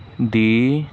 ਦੀ